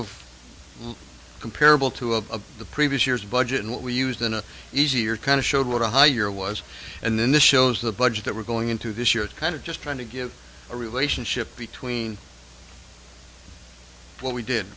of comparable to of the previous year's budget and what we used in an easier kind of showed what a high year was and then this shows the budget that we're going into this year kind of just trying to give a relationship between what we